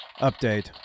update